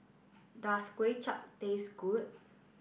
does Kway Chap taste good